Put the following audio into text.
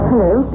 Hello